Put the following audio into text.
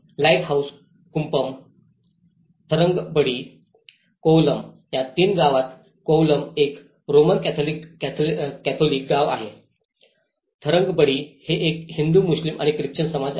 lighthouse Kuppam Tharangambadi Kovalam या तिन्ही गावात कोवलम एक रोमन कॅथोलिक गाव आहे थारंगंबडी हे एक हिंदू मुस्लिम आणि ख्रिश्चन समाज आहे